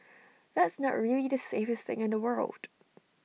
that's not really the safest thing in the world